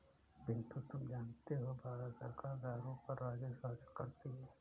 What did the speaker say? पिंटू तुम जानते हो भारत सरकार दारू पर राजस्व हासिल करती है